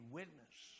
witness